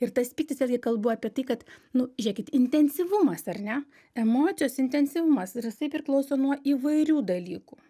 ir tas pyktis irgi kalbu apie tai kad nu žėkit intensyvumas ar ne emocijos intensyvumas ir jisai priklauso nuo įvairių dalykų